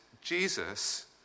Jesus